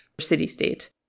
city-state